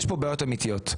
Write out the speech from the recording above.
יש כאן בעיות אמיתיות.